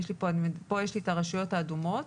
יש לי כאן את הרשויות האדומות.